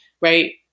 right